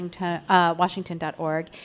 Washington.org